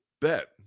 bet